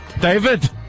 David